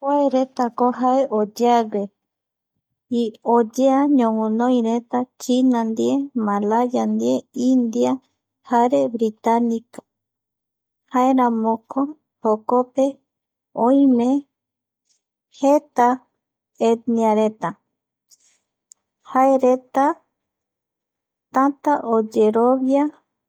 Kuaeueretako jae oyeague oyea yoguinoireta China ndie, Malaya ndie, India jare Britanica, jaeramoko jokope oime, jeta etniareta, jaereta täta oyerovia